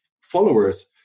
followers